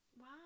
Wow